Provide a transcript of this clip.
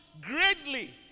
greatly